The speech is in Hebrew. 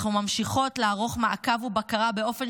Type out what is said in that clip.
אנחנו ממשיכות לערוך מעקב ובקרה באופן